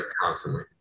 constantly